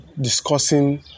discussing